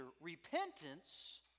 repentance